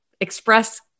express